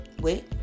wait